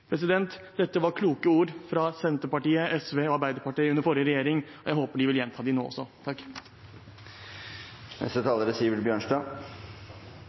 Dette var kloke ord fra Senterpartiet, SV og Arbeiderpartiet under forrige regjering. Jeg håper de vil gjenta dem nå også.